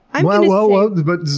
and whoa, whoa, whoa. but